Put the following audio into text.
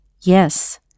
Yes